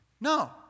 No